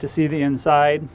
to see the inside